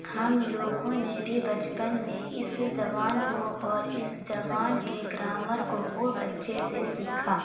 ہم لوگوں نے بھی بچپن میں اس زبان کو اور اس زبان کے گرامر کو خوب اچھے سے سیکھا